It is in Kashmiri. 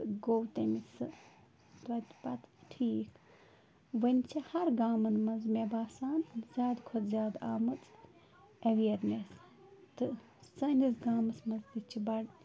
گوٚو تٔمِس سُہ تَتہِ پَتہٕ ٹھیٖک وٕنۍ چھِ ہَر گامَن منٛز مےٚ باسان زیادٕ کھۄتہٕ زیادٕ آمٕژ اٮ۪ویرنٮ۪س تہٕ سٲنِس گامَس منٛز تہِ چھِ بَڈٕ